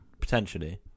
potentially